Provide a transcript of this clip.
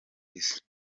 isi